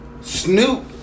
Snoop